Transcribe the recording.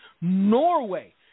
Norway